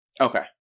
Okay